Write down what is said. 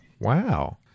Wow